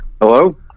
Hello